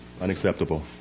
Unacceptable